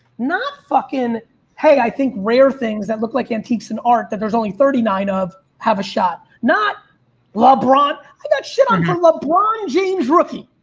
not fucking hey, i think rare things that look like antiques and art that there's only thirty nine of have a shot. not lebron. i got shit on for lebron james rookie.